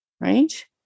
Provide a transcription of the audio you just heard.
Right